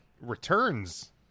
returns